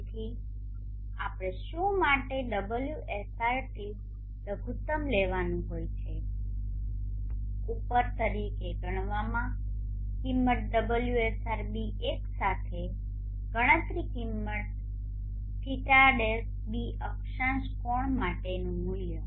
તેથી આપણે શું માટે ωsrt લઘુત્તમ લેવાનું હોય છે ઉપર તરીકે ગણવામાં કિંમત ωsrß એકસાથે ગણતરી કિંમત ϕ - ß અક્ષાંશ કોણ માટેનું મૂલ્ય